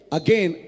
again